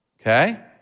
Okay